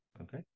Okay